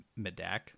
Medak